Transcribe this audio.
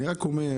אני רק אומר,